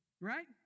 Right